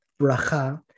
bracha